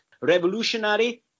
revolutionary